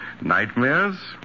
nightmares